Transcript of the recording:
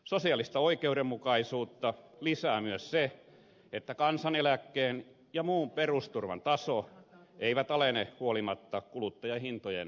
sosiaalista oikeudenmukaisuutta lisää myös se että kansaneläkkeen ja muun perusturvan taso ei alene huolimatta kuluttajahintojen laskemisesta